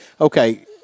okay